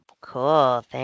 Cool